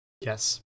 Yes